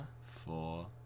four